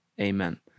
amen